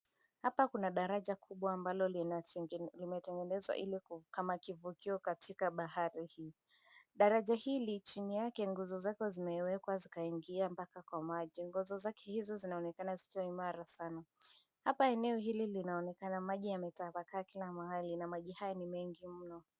Hapa kuna daraja kubwa ambalo linatengenezwa ili kama kivukio katika bahari hii. Daraja hili, chini yake, nguzo zake zimewekwa zikaingia mpaka kwa maji. Nguzo za hizo zinaonekana zikiwa imara sana. Hapa eneo hili linaonekana maji yametapakaa kila mahali na maji haya ni mengi mno.